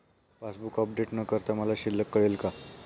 Passbook update न करता मला शिल्लक कळेल का?